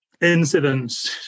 incidents